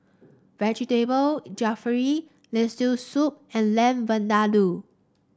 Vegetable Jalfrezi Lentil Soup and Lamb Vindaloo